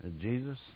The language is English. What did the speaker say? Jesus